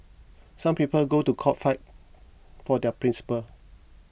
some people go to court fight for their principle